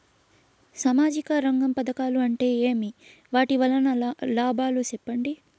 సామాజిక రంగం పథకాలు అంటే ఏమి? వాటి వలన లాభాలు సెప్పండి?